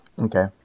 Okay